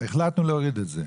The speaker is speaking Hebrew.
החלטנו להוריד את זה.